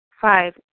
Five